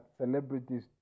celebrities